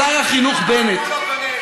שר החינוך בנט,